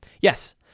Yes